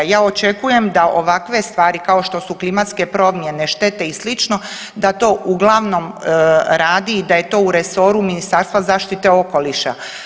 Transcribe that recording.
Ja očekujem da ovakve stvari kao što su klimatske promjene, štete i sl. da to uglavnom radi i da je to u resoru Ministarstva zaštite okoliša.